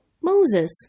Moses